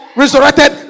resurrected